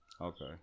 Okay